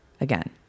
again